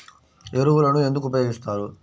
ఎరువులను ఎందుకు ఉపయోగిస్తారు?